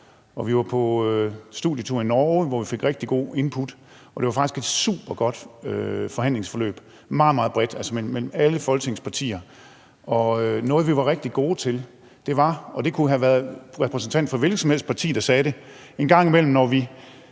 vi var på studietur i Norge, hvor vi fik rigtig gode input, og det var faktisk et supergodt forhandlingsforløb; meget, meget bredt, altså mellem alle Folketingets partier. Og noget, vi var rigtig gode til, var – og det kunne have været en repræsentant for et hvilket som helst parti, der sagde det – at en gang imellem, når vi